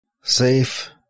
safe